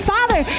Father